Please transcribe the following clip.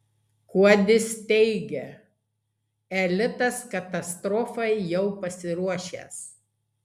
kuodis teigia elitas katastrofai jau pasiruošęs